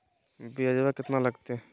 ब्यजवा केतना लगते?